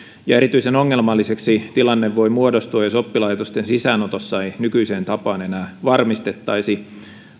erityisen ongelmalliseksi tilanne voi muodostua jos oppilaitosten sisäänotossa ei nykyiseen tapaan enää varmistettaisi